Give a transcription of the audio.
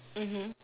mmhmm